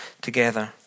together